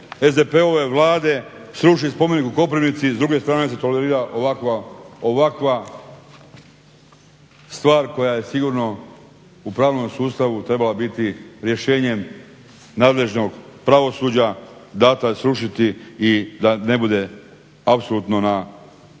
SDP-ove vlade sruši spomenik u Koprivnici, s druge strane se tolerira ovakva stvar koja je sigurno u pravnom sustavu trebala biti rješenjem nadležnog pravosuđa, data je srušiti i da ne bude apsolutno na